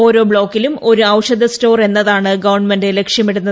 ഓരോ ബ്ലോക്കിലും ഒരു ഔഷധ സ്റ്റോർ എന്നതാണ് ഗവൺമെന്റ് ലക്ഷ്യമിടുന്നത്